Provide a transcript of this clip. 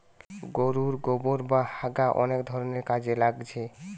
গোরুর গোবোর বা হাগা অনেক ধরণের কাজে লাগছে